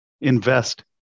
invest